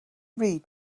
read